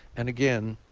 and, again,